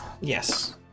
Yes